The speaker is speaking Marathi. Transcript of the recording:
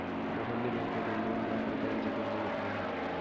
मोहनने बँकेतून दोन लाख रुपयांचे कर्ज घेतले आहे